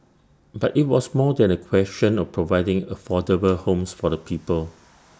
but IT was more than A question of providing affordable homes for the people